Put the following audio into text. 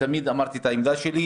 ותמיד אמרתי את העמדה שלי.